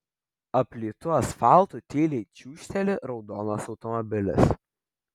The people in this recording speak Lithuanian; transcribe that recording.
aplytu asfaltu tyliai čiūžteli raudonas automobilis